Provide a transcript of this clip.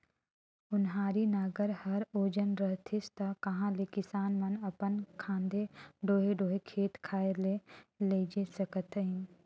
ओन्हारी नांगर हर ओजन रहतिस ता कहा ले किसान मन अपन खांधे डोहे डोहे खेत खाएर मे लेइजे सकतिन